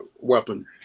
weapon